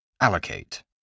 Allocate